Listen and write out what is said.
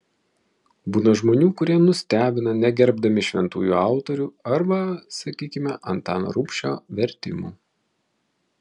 būna žmonių kurie nustebina negerbdami šventųjų autorių arba sakykime antano rubšio vertimų